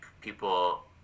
people